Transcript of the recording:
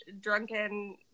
drunken